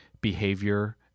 behavior